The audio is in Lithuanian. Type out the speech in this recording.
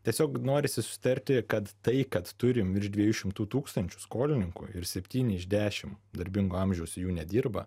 tiesiog norisi susitarti kad tai kad turim virš dviejų šimtų tūkstančių skolininkų ir septyni iš dešim darbingo amžiaus jų nedirba